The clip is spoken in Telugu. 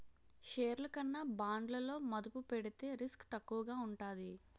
షేర్లు కన్నా బాండ్లలో మదుపు పెడితే రిస్క్ తక్కువగా ఉంటాది